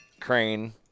crane